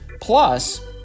Plus